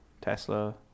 Tesla